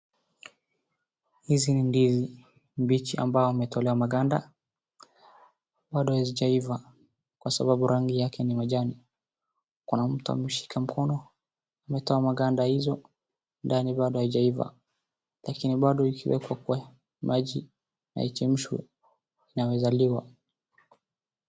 Hizi ni ndizi mbichi ambao ametolewa maganda. Bado hazijaiva kwa sababu rangi yake ni majani. Kuna mtu ameshika mkono, ametoa maganda hizo ndani bado haijaiva lakini bado ikiwekwa kwa maji na ichemshwe inaeza liwa.